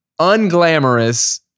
unglamorous